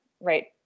Right